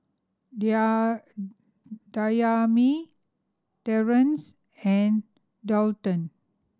Dayami Terrence and Daulton